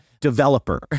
developer